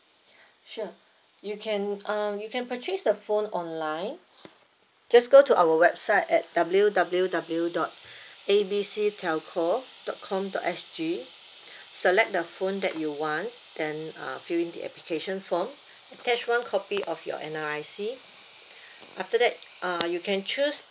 sure you can um you can purchase the phone online just go to our website at W_W_W dot A B C telco dot com dot S_G select the phone that you want then uh fill in the application form attach one copy of your N_R_I_C after that uh you can choose